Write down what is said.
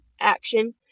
action